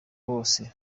bose